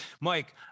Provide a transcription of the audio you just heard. Mike